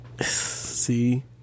See